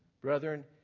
Brethren